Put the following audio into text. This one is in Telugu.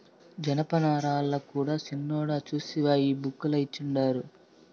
జనపనారల కూడా సిన్నోడా సూస్తివా ఈ బుక్ ల ఇచ్చిండారు